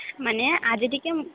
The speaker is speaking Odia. ମାନେ ଆଜି ଟିକେ